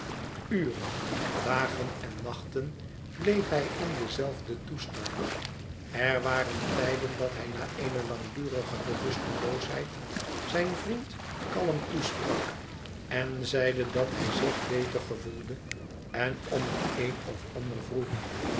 uren dagen en nachten bleef hij in denzelfden toestand er waren tijden dat hij na eene langdurige bewusteloosheid zijn vriend kalm toesprak en zeide dat hij zich beter gevoelde en om het een en ander vroeg